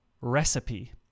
recipe